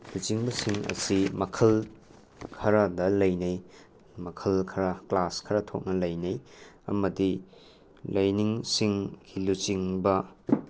ꯂꯨꯆꯤꯡꯕꯁꯤꯡ ꯑꯁꯤ ꯃꯈꯜ ꯈꯔꯗ ꯂꯩꯅꯩ ꯃꯈꯜ ꯈꯔ ꯀ꯭ꯂꯥꯁ ꯈꯔ ꯊꯣꯛꯅ ꯂꯩꯅꯩ ꯑꯃꯗꯤ ꯂꯥꯏꯅꯤꯡꯁꯤꯡꯒꯤ ꯂꯨꯆꯤꯡꯕ